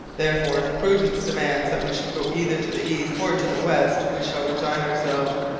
therefore, if prudence demands that we should go either to the east or to the west, we shall resign ourselves,